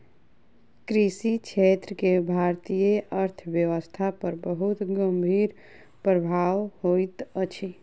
कृषि क्षेत्र के भारतीय अर्थव्यवस्था पर बहुत गंभीर प्रभाव होइत अछि